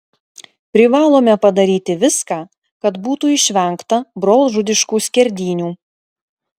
privalome padaryti viską kad būtų išvengta brolžudiškų skerdynių